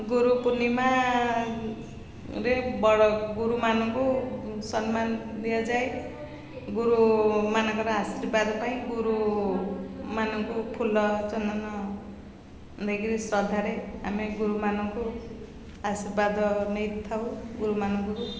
ଗୁରୁ ପୂର୍ଣ୍ଣିମାରେ ବଡ଼ ଗୁରୁମାନଙ୍କୁ ସମ୍ମାନ ଦିଆଯାଏ ଗୁରୁମାନଙ୍କର ଆଶୀର୍ବାଦ ପାଇଁ ଗୁରୁମାନଙ୍କୁ ଫୁଲ ଚନ୍ଦନ ଦେଇକିରି ଶ୍ରଦ୍ଧାରେ ଆମେ ଗୁରୁମାନଙ୍କୁ ଆଶୀର୍ବାଦ ନେଇଥାଉ ଗୁରୁମାନଙ୍କୁ